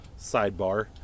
sidebar